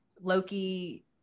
Loki